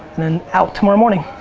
then out tomorrow morning.